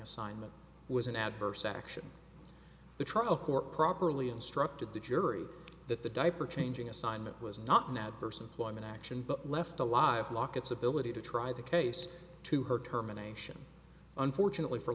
assignment was an adverse action the trial court properly instructed the jury that the diaper changing assignment was not now versus climate action but left to live lockett's ability to try the case to her determination unfortunately for